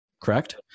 correct